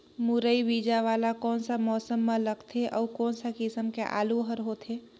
मुरई बीजा वाला कोन सा मौसम म लगथे अउ कोन सा किसम के आलू हर होथे?